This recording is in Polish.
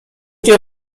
nie